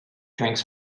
drinks